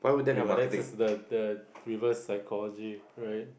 ya but then it is the the reverse psychology right